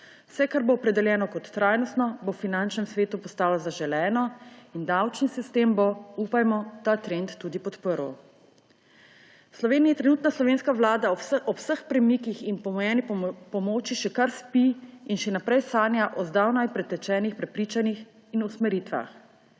Vse, kar bo opredeljeno kot trajnostno, bo v finančnem svetu postalo zaželeno in davčni sistem bo, upajmo, ta trend tudi podprl. V Sloveniji trenutno slovenska vlada ob vseh premikih in pomenu pomoči še kar spi in še naprej sanja o zdavnaj pretečenih prepričanjih in usmeritvah.